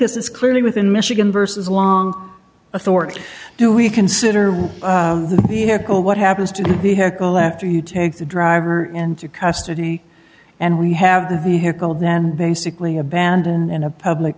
this is clearly within michigan versus long authority do we consider what happens to the hackle after you take the driver into custody and we have the vehicle then basically abandoned in a public